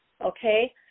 Okay